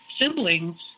siblings